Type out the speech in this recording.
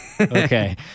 Okay